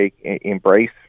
embrace